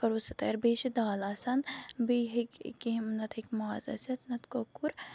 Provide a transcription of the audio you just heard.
کَرو سُہ تیار بیٚیہِ چھِ دال آسان بیٚیہِ ہیٚکہِ کینٛہہ نَتہٕ ہیٚکہِ ماز ٲسِتھ نَتہٕ کۄکُر